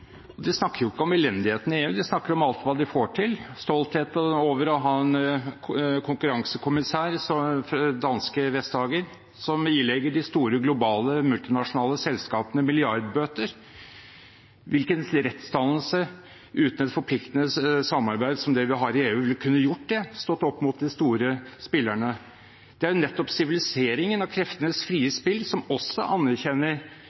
– de snakker ikke om elendigheten i EU; de snakker om alt de får til, om stolthet over å ha en konkurransekommissær, danske Vestager, som ilegger de store globale multinasjonale selskapene milliardbøter. Hvilken rettsdannelse uten et forpliktende samarbeid som det vi har i EU, kunne gjort det, stått opp mot de store spillerne? Det er jo nettopp siviliseringen av kreftenes frie spill som også anerkjenner